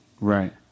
Right